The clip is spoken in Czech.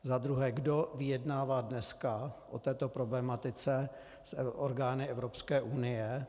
Za druhé, kdo vyjednává dneska o této problematice s orgány Evropské unie?